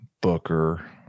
Booker